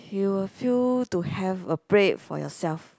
you will feel to have a break for yourself